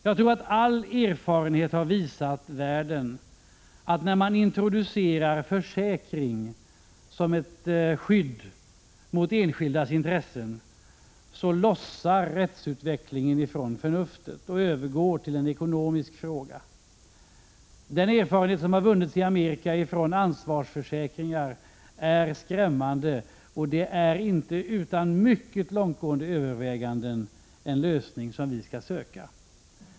Jag tror att all erfarenhet har visat världen att när man introducerar försäkring som ett skydd för enskildas intressen, lossar rättsutvecklingen från förnuftet och övergår till att bli en ekonomisk fråga. Den erfarenhet av ansvarsförsäkringar som har vunnits i Amerika är skrämmande, och det är en lösning som vi inte utan mycket långtgående överväganden skall söka.